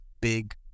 big